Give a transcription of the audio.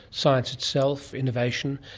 science itself, innovation.